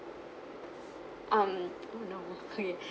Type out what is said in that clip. um oh no yeah